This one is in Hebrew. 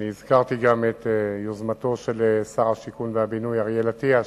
והזכרתי גם את יוזמתו של שר הבינוי והשיכון אריאל אטיאס,